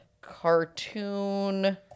cartoon